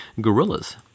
Gorillas